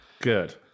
Good